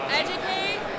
educate